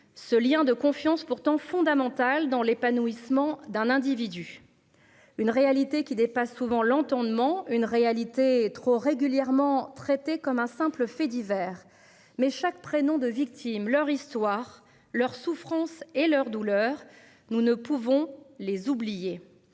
ce lien de confiance pourtant fondamental dans l'épanouissement d'un individu. Une réalité qui dépasse souvent l'entendement une réalité trop régulièrement traité comme un simple fait divers mais chaque prénom de victimes leur histoire, leur souffrance et leur douleur. Nous ne pouvons les oublier.